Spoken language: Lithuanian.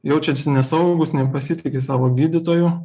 jaučiasi nesaugūs nepasitiki savo gydytoju